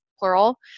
plural